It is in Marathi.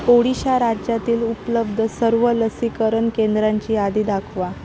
ओडिशा राज्यातील उपलब्ध सर्व लसीकरण केंद्रांची यादी दाखवा